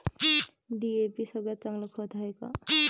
DAP सगळ्यात चांगलं खत हाये का?